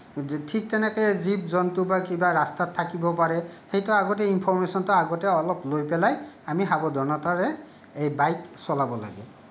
ঠিক তেনেকে জীৱ জন্তু বা কিবা ৰাস্তাত থাকিব পাৰে সেইটো আগতে ইনফৰ্মেশ্ব্য়নটো আগতে অলপ লৈ পেলাই আমি সাৱধানতাৰে এই বাইক চলাব লাগে